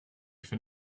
for